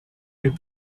les